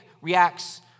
reacts